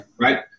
Right